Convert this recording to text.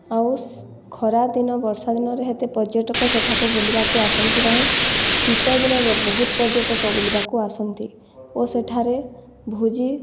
ଆଉ ଖରାଦିନେ ବର୍ଷାଦିନରେ ଏତେ ପର୍ଯ୍ୟଟକ ସେଠାକୁ ବୁଲିବାକୁ ଆସନ୍ତି ନାହିଁ ଶୀତଦିନରେ ବହୁତ ପର୍ଯ୍ୟଟକ ବୁଲିବାକୁ ଆସନ୍ତି ଓ ସେଠାରେ ଭୋଜି